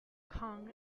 kang